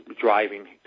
driving